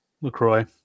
LaCroix